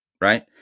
right